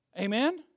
Amen